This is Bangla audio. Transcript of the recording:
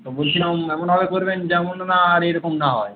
তো বলছিলাম এমনভাবে করবেন যেমন না আর এরকম না হয়